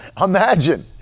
Imagine